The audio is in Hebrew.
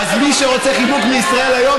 אז מי שרוצה חיבוק מישראל היום,